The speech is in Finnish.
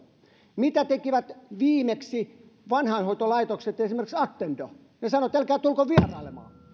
mitä tekivät viimeksi vanhainhoitolaitokset esimerkiksi attendo he sanoivat älkää tulko vierailemaan